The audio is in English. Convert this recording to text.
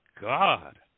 God